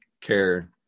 care